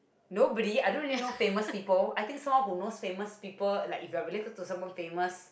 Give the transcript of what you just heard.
nobody I don't really know famous people I think someone who knows famous people like if you're related to someone famous